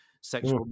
sexual